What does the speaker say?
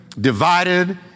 divided